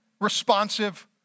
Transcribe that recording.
responsive